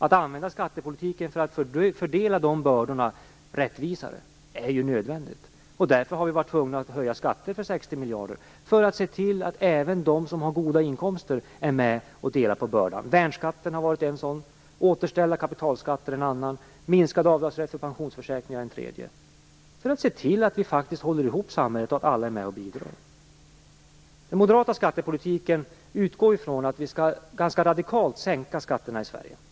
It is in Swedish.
Att använda skattepolitiken till att fördela bördorna rättvisare är ju nödvändigt. Därför har vi varit tvungna att höja skatter för 60 miljarder kronor. Vi har gjort det för att se till att även de som har goda inkomster är med och delar på bördan. Värnskatten är ett exempel på detta, återställandet av kapitalskatten ett annat och den minskade avdragsrätten för pensionsförsäkringen en tredje. Detta har vi gjort för att faktiskt hålla ihop samhället och för att se till att alla är med och bidrar. Den moderata skattepolitiken utgår ifrån att vi ganska radikalt skall sänka skatterna i Sverige.